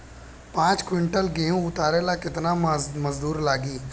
पांच किविंटल गेहूं उतारे ला केतना मजदूर लागी?